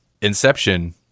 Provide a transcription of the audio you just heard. Inception